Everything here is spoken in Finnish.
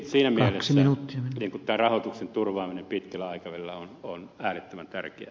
siinä mielessä rahoituksen turvaaminen pitkällä aikavälillä on lähdettävä perki